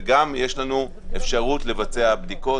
וגם יש לנו אפשרות לבצע בדיקות,